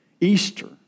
Easter